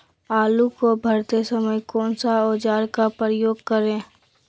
आलू को भरते समय कौन सा औजार का प्रयोग करें?